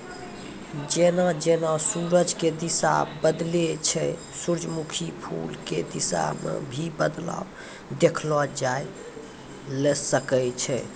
जेना जेना सूरज के दिशा बदलै छै सूरजमुखी फूल के दिशा मॅ भी बदलाव देखलो जाय ल सकै छै